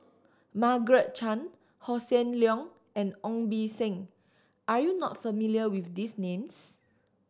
Margaret Chan Hossan Leong and Ong Beng Seng are you not familiar with these names